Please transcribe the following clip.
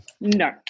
no